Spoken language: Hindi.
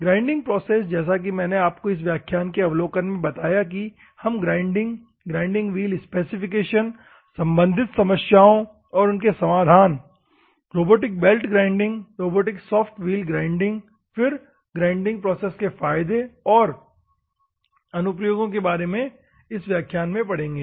ग्राइंडिंग प्रोसेस जैसा कि मैंने आपको इस व्याख्यान के अवलोकन में बताया कि हम ग्राइंडिंग ग्राइंडिंग व्हील स्पेसिफिकेशन्स सम्बंधित समस्यों और उनके समाधान और robotic belt grinding robotic soft wheel grinding फिर ग्राइंडिंग प्रोसेस के फायदे और अनुप्रयोगों के बारे में इस व्याख्यान में पढ़ेंगे